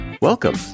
Welcome